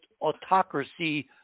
autocracy